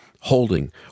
holding